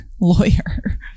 lawyer